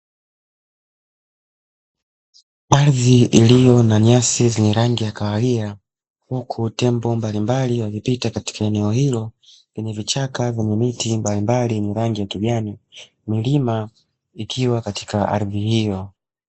Ardhi iliyo na nyasi yenye rangi ya kahawia huku tembo mbalimbali wamepita katika eneo hilo, lina lenye vichaka vyenye miti mbalimbali, milima ikiwa katika ardhi hiyo.